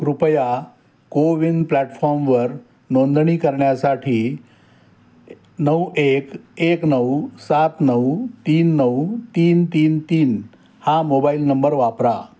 कृपया CoWIN प्लॅटफॉर्मवर नोंदणी करण्यासाठी नऊ एक एक नऊ सात नऊ तीन नऊ तीन तीन तीन हा मोबाईल नंबर वापरा